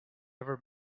ever